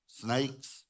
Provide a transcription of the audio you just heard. snakes